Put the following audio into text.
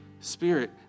spirit